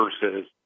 versus